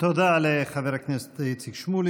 תודה לחבר הכנסת איציק שמולי.